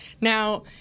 Now